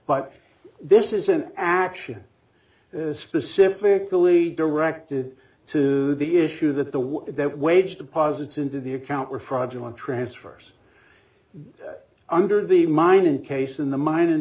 but this is an action is specifically directed to the issue that the one that wage deposits into the account were fraudulent transfers under the mining case in the mine and